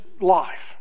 life